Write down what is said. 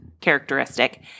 characteristic